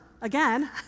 again